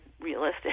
realistic